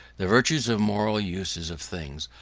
the virtues or moral uses of things,